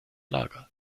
lager